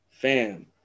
fam